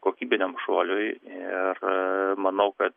kokybiniam šuoliui ir manau kad